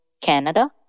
Canada